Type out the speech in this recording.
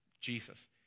Jesus